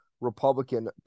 Republican